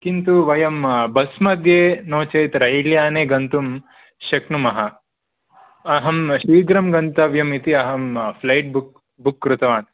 किन्तु वयं बस्मध्ये नो चेत् रैल्याने गन्तुं शक्नुमः अहं शीघ्रं गन्तव्यम् इति अहं फ्लाइट् बुक् कृतवान्